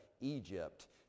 Egypt